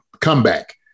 comeback